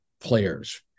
players